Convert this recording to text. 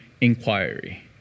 inquiry